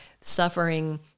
suffering